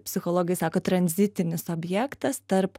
psichologai sako tranzitinis objektas tarp